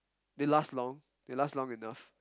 they last long they last long enough